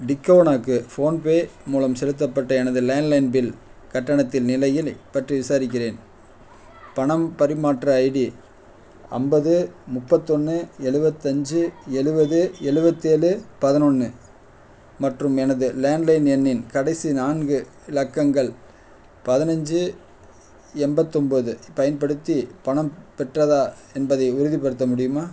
டிக்கோனாக்கு ஃபோன்பே மூலம் செலுத்தப்பட்ட எனது லேண்ட்லைன் பில் கட்டணத்தின் நிலையில் பற்றி விசாரிக்கிறேன் பணம் பரிமாற்ற ஐடி ஐம்பது முப்பத்தொன்று எழுவத்தஞ்சி எழுவது எழுவத்தேலு பதினொன்னு மற்றும் எனது லேண்ட்லைன் எண்ணின் கடைசி நான்கு இலக்கங்கள் பதினஞ்சி எண்பத்தொம்பது பயன்படுத்தி பணம் பெற்றதா என்பதை உறுதிப்படுத்த முடியுமா